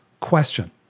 Question